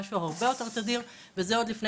משהו שהוא הרבה יותר תדיר וזה עוד לפני